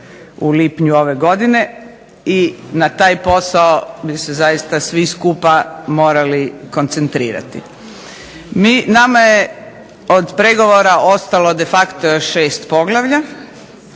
u lipnju ove godine i na taj posao bi se zaista svi skupa morali koncentrirati. Mi, nama je od pregovora ostalo de facto još 6 poglavlja,